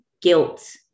guilt